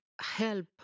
help